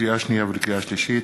לקריאה שנייה ולקריאה שלישית: